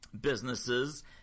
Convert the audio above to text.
businesses